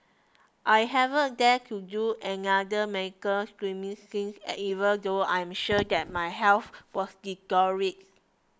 I haven't dared to do another screening since even though I am sure that my health has